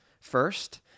first